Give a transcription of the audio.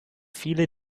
viele